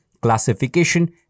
classification